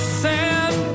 sand